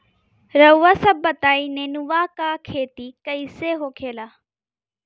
रउआ सभ बताई नेनुआ क खेती कईसे होखेला?